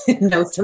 no